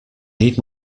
need